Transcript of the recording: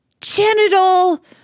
genital